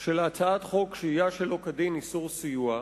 של הצעת חוק שהייה שלא כדין (איסור סיוע),